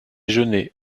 genêts